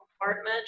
apartment